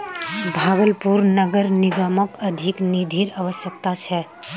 भागलपुर नगर निगमक अधिक निधिर अवश्यकता छ